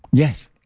yes.